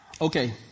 Okay